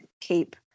keep